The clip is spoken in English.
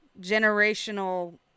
generational